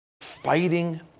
fighting